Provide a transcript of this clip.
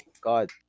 god